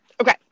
Okay